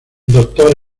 doctor